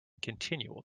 continual